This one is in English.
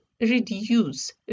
reduce